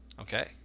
okay